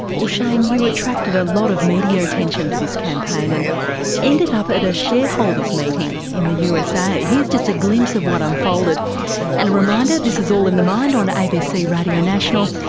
well shane, you attracted a lot of media attention for this campaign and ended up at a shareholder's meeting in the usa. here's just a glimpse of what unfolded and a reminder this is all in the mind on abc radio national,